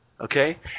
Okay